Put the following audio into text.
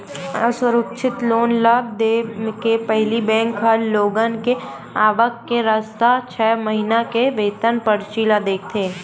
असुरक्छित लोन ल देय के पहिली बेंक ह लोगन के आवक के रस्ता, छै महिना के वेतन परची ल देखथे